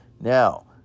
Now